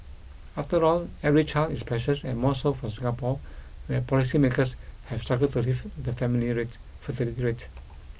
after all every child is precious and more so for Singapore where policymakers have struggled to lift the family rate fertility rate